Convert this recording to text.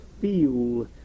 feel